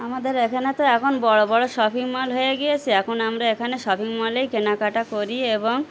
আমাদের এখানে তো এখন বড়ো বড়ো শপিং মল হয়ে গিয়েছে এখন আমরা এখানে শপিং মলেই কেনাকাটা করি এবং